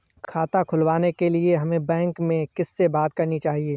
खाता खुलवाने के लिए हमें बैंक में किससे बात करनी चाहिए?